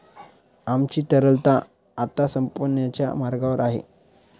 आमची तरलता आता संपण्याच्या मार्गावर आहे